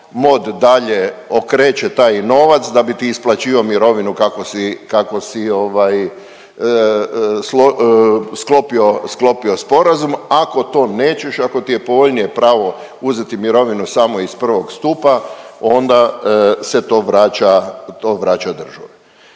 MOD dalje okreće taj novac da bi ti isplaćivao mirovinu kako si, kako si sklopio sporazum, ako to nećeš, ako ti je povoljnije pravo uzeti mirovinu samo iz prvog stupa, onda se to vraća,